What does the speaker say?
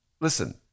listen